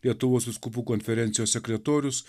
lietuvos vyskupų konferencijos sekretorius